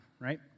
right